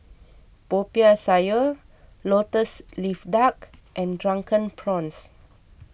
Popiah Sayur Lotus Leaf Duck and Drunken Prawns